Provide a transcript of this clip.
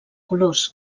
colors